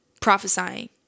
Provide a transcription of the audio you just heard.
Prophesying